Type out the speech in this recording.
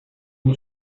who